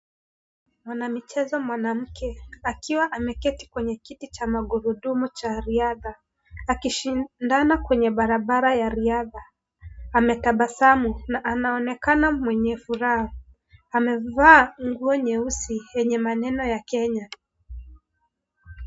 Mwanamichezo mwanamke, akiwa ameketi kwenye kiti cha magurudumu cha riadha akishindana kwenye barabara ya riadha. Ametabasamu na anaonekana mwenye furaha. Amevaa nguo nyeusi yenye maneno ya Kenya.